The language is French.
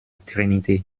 trinité